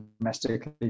domestically